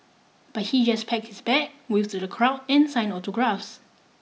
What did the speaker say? but he just pack his bag wave to the crowd and sign autographs